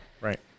Right